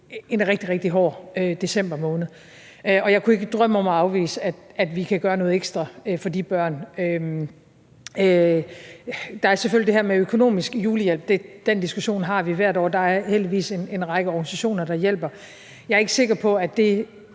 rigtig hård december måned. Og jeg kunne ikke drømme om at afvise, at vi kan gøre noget ekstra for de børn. Så er der selvfølgelig det med økonomisk julehjælp, og den diskussion har vi hvert år. Der er heldigvis en række organisationer, der hjælper. Jeg er ikke sikker på, at det